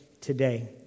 today